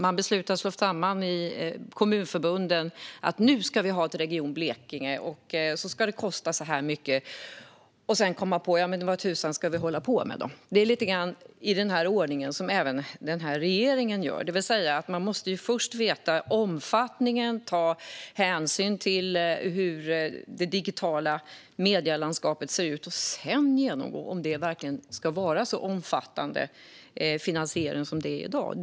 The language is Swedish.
Man beslutade att slå samman kommunförbunden och sa: Nu ska vi ha ett Region Blekinge, och det ska kosta så här mycket. Sedan kom man på: Jamen vad tusan ska vi hålla på med, då? Enligt denna ordning agerar även den här regeringen. Man måste först veta omfattningen och ta hänsyn till hur det digitala medielandskapet ser ut för att sedan komma fram till om finansieringen verkligen ska vara så omfattande som den är i dag.